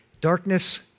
Darkness